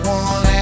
one